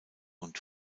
und